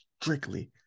strictly